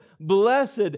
Blessed